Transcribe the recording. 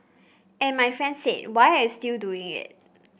and my friend said why are you still doing it